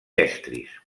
estris